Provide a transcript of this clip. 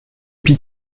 pis